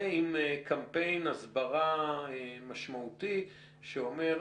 ועם קמפיין הסברה משמעותי שאומר,